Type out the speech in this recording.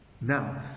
Now